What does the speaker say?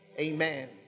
Amen